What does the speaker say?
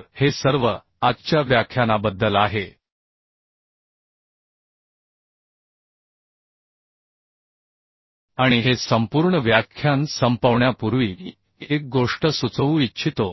तर हे सर्व आजच्या व्याख्यानाबद्दल आहे आणि हे संपूर्ण व्याख्यान संपवण्यापूर्वी मी एक गोष्ट सुचवू इच्छितो